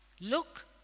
Look